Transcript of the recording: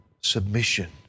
submission